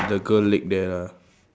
the girl leg there lah